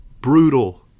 brutal